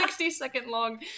60-second-long